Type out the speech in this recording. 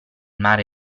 mare